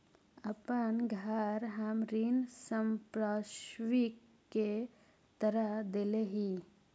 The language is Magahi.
अपन घर हम ऋण संपार्श्विक के तरह देले ही